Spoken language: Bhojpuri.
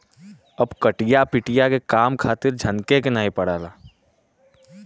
अब कटिया पिटिया के काम खातिर झनके के नाइ पड़ला